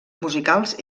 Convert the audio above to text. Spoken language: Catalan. musicals